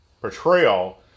portrayal